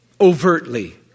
overtly